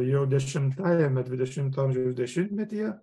jau dešimtajame dvidešimto amžiaus dešimtmetyje